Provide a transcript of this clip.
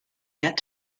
get